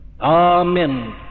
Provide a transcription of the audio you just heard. Amen